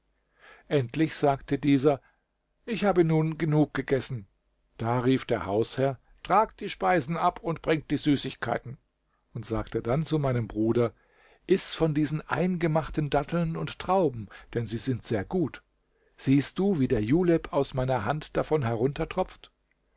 endlich sagte dieser ich habe nun genug gegessen da rief der hausherr tragt die speisen ab und bringt die süßigkeiten und sagte dann zu meinem bruder iß von diesen eingemachten datteln und trauben denn sie sind sehr gut siehst du wie der julep aus meiner hand davon heruntertropft